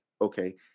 okay